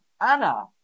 Anna